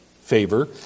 favor